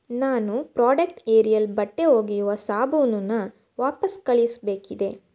ನಾನು product Ariel ಬಟ್ಟೆ ಒಗೆಯುವ ಸಾಬೂನನ್ನು ವಾಪಸು ಕಳಿಸಬೇಕಿದೆ